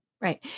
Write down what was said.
right